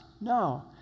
No